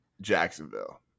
Jacksonville